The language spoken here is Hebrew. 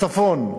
בצפון,